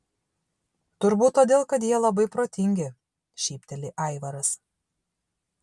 turbūt todėl kad jie labai protingi šypteli aivaras